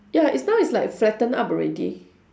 ya it's now it's like flatten up already